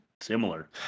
similar